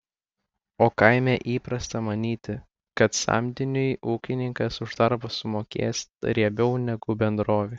o kaime įprasta manyti kad samdiniui ūkininkas už darbą sumokės riebiau negu bendrovė